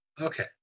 Okay